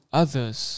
others